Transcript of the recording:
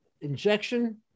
injection